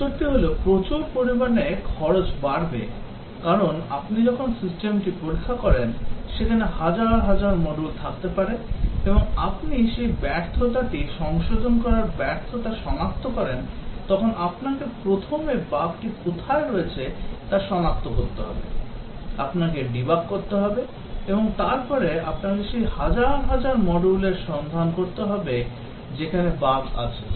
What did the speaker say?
উত্তরটি হলো খরচ প্রচুর পরিমাণে বাড়বে কারণ আপনি যখন সিস্টেমটি পরীক্ষা করেন যেখানে হাজার হাজার মডিউল থাকতে পারে এবং আপনি সেই ব্যর্থতাটি সংশোধন করার ব্যর্থতা সনাক্ত করেন তখন আপনাকে প্রথমে বাগটি কোথায় রয়েছে তা সনাক্ত করতে হবে আপনাকে ডিবাগ করতে হবে এবং তারপরে আপনাকে সেই হাজার হাজার মডিউল সন্ধানের চেষ্টা করতে হবে বাগ যেখানে আছে